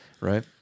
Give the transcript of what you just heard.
Right